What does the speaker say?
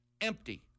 empty